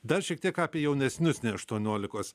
dar šiek tiek apie jaunesnius nei aštuoniolikos